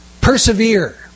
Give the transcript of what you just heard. Persevere